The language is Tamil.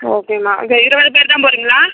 ஓகேமா இந்த இருபது பேர் தான் போறீங்களா